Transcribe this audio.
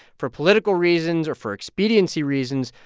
for political reasons or for expediency reasons,